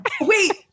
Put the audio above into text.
Wait